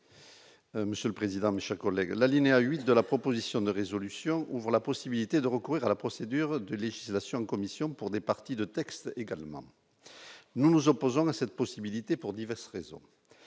monsieur le président, Michel collègues l'alinéa 8 de la proposition de résolution ouvrant la possibilité de recourir à la procédure de liquidation de commission pour des parties de texte également nous nous opposons à cette possibilité pour diverses raisons